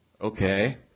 okay